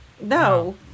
No